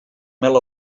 mel